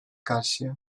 karşıya